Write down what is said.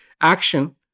action